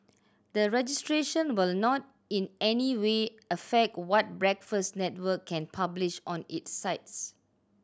the registration will not in any way affect what Breakfast Network can publish on its sites